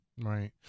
Right